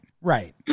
Right